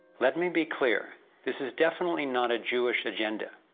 let me be clear this is definitely not a jewish agenda.